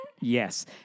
Yes